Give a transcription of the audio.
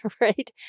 Right